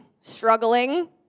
struggling